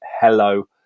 hello